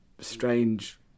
strange